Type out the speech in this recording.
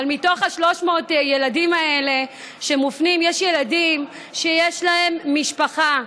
אבל מתוך 300 הילדים האלה שמופנים יש ילדים שיש להם משפחה.